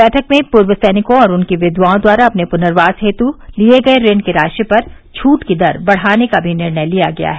बैठक में पूर्व सैनिकों और उनकी विधवाओं द्वारा अपने पुनर्वास हेत् लिए गये ऋण की राशि पर छूट की दर बढ़ाने का भी निर्णय लिया गया है